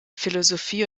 philosophie